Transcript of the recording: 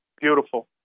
Beautiful